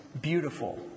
beautiful